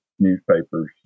Newspapers